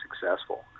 successful